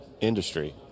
industry